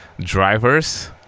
drivers